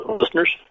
listeners